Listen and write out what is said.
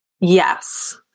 Yes